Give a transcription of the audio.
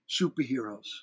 superheroes